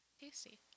Tasty